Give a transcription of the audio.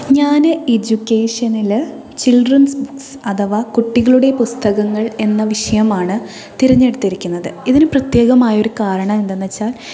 ഞാൻ എഡ്യൂക്കേഷനിൽ children's books അഥവാ കുട്ടികളുടെ പുസ്തകങ്ങൾ എന്ന വിഷയമാണ് തിരഞ്ഞെടുത്തിരിക്കുന്നത് ഇതിന് പ്രത്യേകമായൊരു കാരണം എന്തെന്ന് വച്ചാൽ